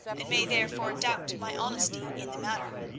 and may therefore doubt my honesty in the matter.